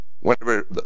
whenever